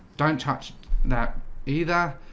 don't touch that either